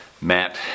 Matt